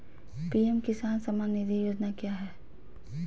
PM Kisan Samman Nidhi Yojana क्या है?